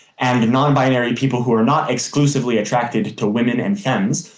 and and nonbinary people who are not exclusively attracted to women and femmes,